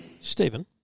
Stephen